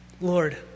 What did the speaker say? Lord